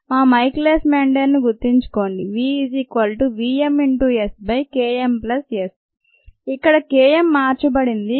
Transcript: మా Michaelis Menten గుర్తుంచుకోండి v vm SKmS ఇక్కడ K m మార్చబడింది Km